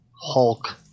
Hulk